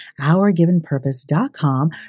OurGivenPurpose.com